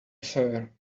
sawyer